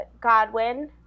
Godwin